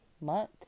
month